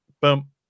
boom